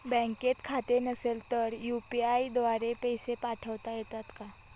बँकेत खाते नसेल तर यू.पी.आय द्वारे पैसे पाठवता येतात का?